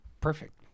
Perfect